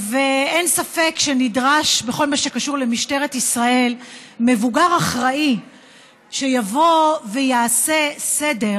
אין ספק שנדרש בכל מה שקשור למשטרת ישראל מבוגר אחראי שיבוא ויעשה סדר,